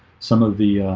some of the